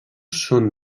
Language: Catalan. són